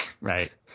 Right